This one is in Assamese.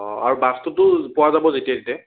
অ' আৰু বাছটোতো পোৱা যাব যেতিয়াই তেতিয়াই